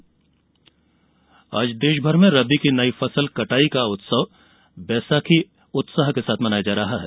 बैसाखी पर्व आज देश भर में रबी की नई फसल कटाई का उत्सव बैसाखी उत्साह के साथ मनाया जा रहा है